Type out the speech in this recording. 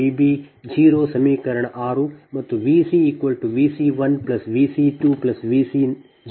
VbVb1Vb2Vb0 ಸಮೀಕರಣ 6 ಮತ್ತು VcVc1Vc2Vc0 ಅದು ಸಮೀಕರಣ 7